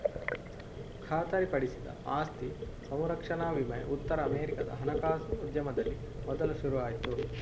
ಖಾತರಿಪಡಿಸಿದ ಆಸ್ತಿ ಸಂರಕ್ಷಣಾ ವಿಮೆ ಉತ್ತರ ಅಮೆರಿಕಾದ ಹಣಕಾಸು ಉದ್ಯಮದಲ್ಲಿ ಮೊದಲು ಶುರು ಆಯ್ತು